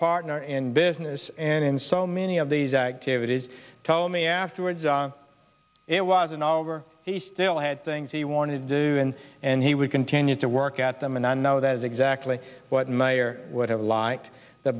partner in business and in so many of these activities told me afterwards it wasn't all over he still had things he wanted to do and he would continue to work at them and i know that is exactly what mayor would have liked the